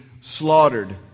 slaughtered